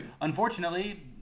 unfortunately